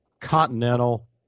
continental